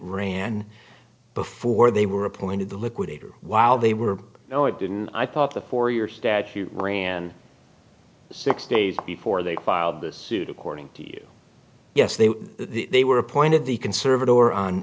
ran before they were appointed the liquidator while they were no it didn't i thought the for your statute ran six days before they filed this suit according to you yes they were they were appointed the conservative or on